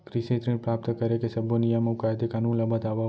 कृषि ऋण प्राप्त करेके सब्बो नियम अऊ कायदे कानून ला बतावव?